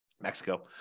Mexico